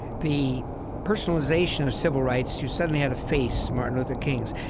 the personalization of civil rights, you suddenly had a face martin luther king.